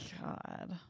God